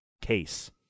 case